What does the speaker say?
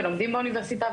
ולומדים באוניברסיטה,